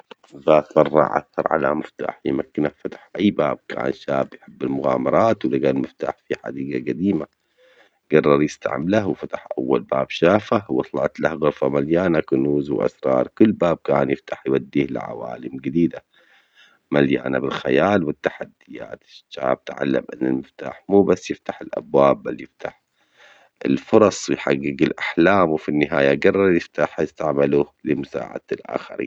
ذات مرة عثر على مفتاح يمكنه فتح أي باب كان شاب يحب المغامرات ولجى المفتاح في حديجة جديمة، جرر يستعمله وفتح أول باب شافه وطلع له صدفة مليانة كنوز وأسرار كل باب كان يفتحه كان يوديه لعوالم جديدة مليانة بالخيال والتحديات، الشاب تعلم إن المفتاح مو بس يفتح الأبواب بل يفتح الفرص ويحجج الأحلام، وفي النهاية جرر المفتاح يستعمله لمساعدة الآخرين.